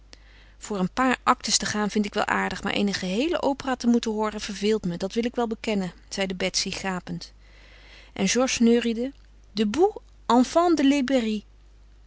voor een paar actes te gaan vind ik wel aardig maar eene geheele opera te moeten hooren verveelt me dat wil ik wel bekennen zeide betsy gapend en georges neuriede debout enfants de